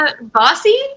Bossy